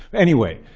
anyway,